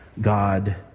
God